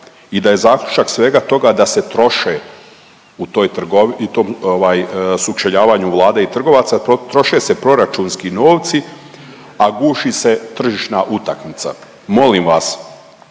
i da je zaključak svega toga se troše u toj i tom ovaj sučeljavanju Vlade i trgovaca troše se proračunski novci, a guši se tržišna utakmica. Molim vas,